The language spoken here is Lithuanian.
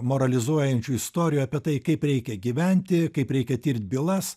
moralizuojančių istorijų apie tai kaip reikia gyventi kaip reikia tirt bylas